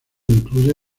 incluye